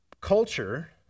Culture